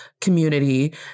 community